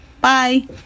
Bye